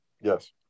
Yes